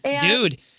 dude